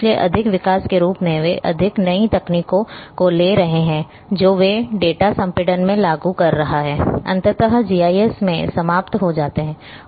इसलिए अधिक विकास के रूप में वे अधिक नई तकनीकों को ले रहे हैं जो वे डेटा संपीड़न में लागू कर रहे हैं अंततः जीआईएस में समाप्त हो जाते हैं